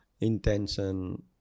intention